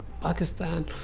Pakistan